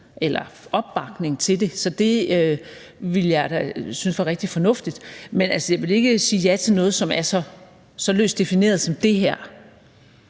eller opbakning til det. Så det ville jeg da synes var rigtig fornuftigt. Men altså, jeg vil ikke sige ja til noget, som er så løst defineret som det her.